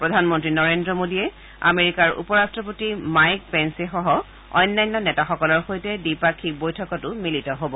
প্ৰধানমন্ত্ৰী নৰেন্দ্ৰ মোডীয়ে লগতে আমেৰিকাৰ উপ ৰাট্টপতি মাইক পেঞ্চেসহ অন্যান্য নেতাসকলৰ সৈতে দ্বিপাক্ষিক বৈঠকতো মিলিত হ'ব